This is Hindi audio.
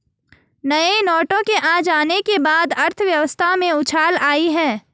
नए नोटों के आ जाने के बाद अर्थव्यवस्था में उछाल आयी है